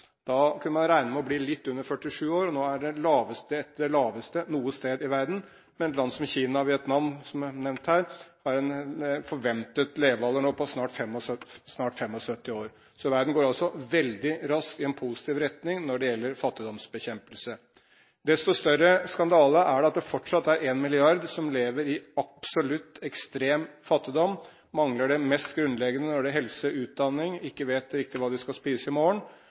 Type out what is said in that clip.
Da kunne man regne med å bli litt under 47 år der. Nå er levetiden der den laveste noe sted i verden. Men i land som Kina og Vietnam, som er nevnt her, har man nå en forventet levealder på snart 75 år. Så verden går veldig raskt i en positiv retning når det gjelder fattigdomsbekjempelse. Desto større skandale er det at det fortsatt er en milliard som lever i absolutt, ekstrem fattigdom. De mangler det mest grunnleggende innen helse og utdanning, de vet ikke helt hva de skal spise i morgen.